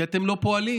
כי אתם לא פועלים,